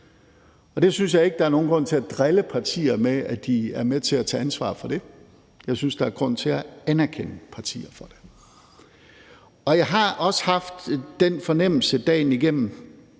Og det synes jeg ikke der er nogen grund til at drille partier med, altså at de er med til at tage ansvar for det; jeg synes, der er grund til at anerkende partier for det. Jeg har også haft den fornemmelse dagen igennem